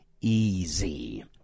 easy